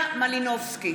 יוליה מלינובסקי,